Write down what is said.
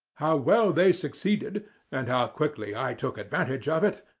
how well they succeeded and how quickly i took advantage of it,